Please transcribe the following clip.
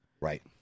Right